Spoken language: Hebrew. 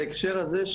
בהקשר הזה,